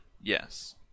Yes